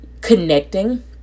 Connecting